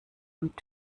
und